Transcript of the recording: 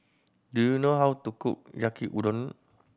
do you know how to cook Yaki Udon